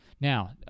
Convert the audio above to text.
now